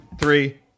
three